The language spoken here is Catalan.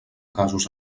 casos